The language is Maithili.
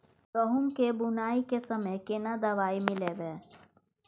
गहूम के बुनाई के समय केना दवाई मिलैबे?